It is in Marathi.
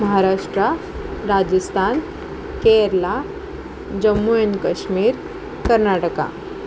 महाराष्ट्र राजस्थान केरळ जम्मू अँड काश्मीर कर्नाटक